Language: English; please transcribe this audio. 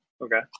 okay